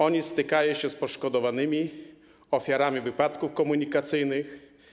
Oni stykają się z poszkodowanymi, ofiarami wypadków komunikacyjnych.